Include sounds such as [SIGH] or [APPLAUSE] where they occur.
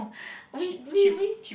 [BREATH] we we we